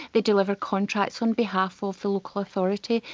they deliver contracts on behalf of the local authority,